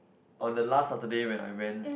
on the last Saturday when I went